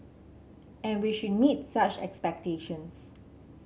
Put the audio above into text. and we should meets such expectations